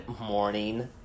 morning